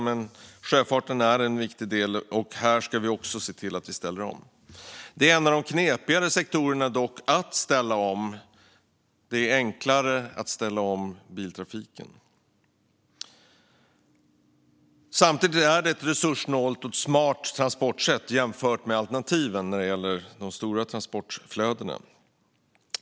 Men sjöfarten är en viktig del, och här ska vi också se till att vi ställer om. Det är dock en av de knepigare sektorerna att ställa om. Det är enklare att ställa om biltrafiken. Samtidigt är sjöfarten ett resurssnålt och smart transportsätt jämfört med alternativen när det gäller de stora transportflödena.